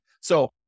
So-